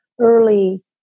early